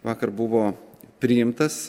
vakar buvo priimtas